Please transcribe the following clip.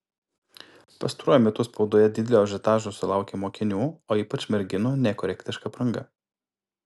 pastaruoju metu spaudoje didelio ažiotažo sulaukia mokinių o ypač merginų nekorektiška apranga